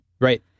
Right